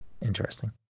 Interesting